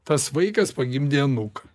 tas vaikas pagimdė anūką